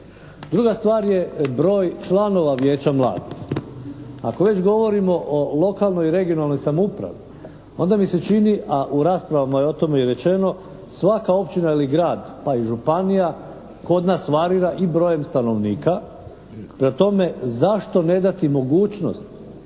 Druga stvar je broj članova vijeća mladih. Ako već govorimo o lokalnoj i regionalnoj samoupravi onda mi se čini a u raspravama je o tome i rečeno svaka općina ili grad pa i županija kod nas varira i brojem stanovnika. Prema tome zašto ne dati mogućnost